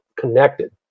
connected